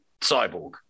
Cyborg